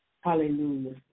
Hallelujah